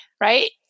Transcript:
right